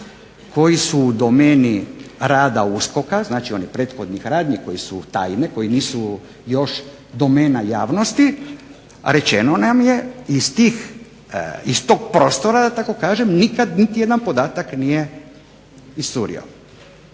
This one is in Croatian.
koji su u domeni rada USKOK-a znači onih prethodnih radnji koje su tajne, koje nisu još domena javnosti, rečeno nam je iz tog prostora da tako kažem nikad niti jedan podatak nije iscurio.